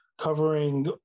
covering